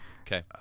Okay